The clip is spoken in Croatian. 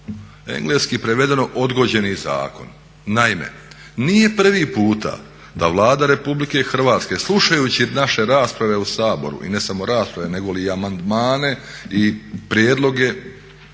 engleski prevedeno odgođeni zakon. Naime, nije prvi puta da Vlada RH slušajući naše rasprave u Saboru i ne samo rasprave negoli i amandmane i prijedloge